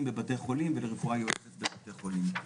בבתי חולים ולרפואה יועצת בבתי חולים.